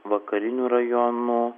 vakarinių rajonų